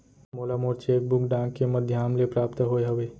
मोला मोर cheque book डाक के मध्याम ले प्राप्त होय हवे